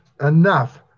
enough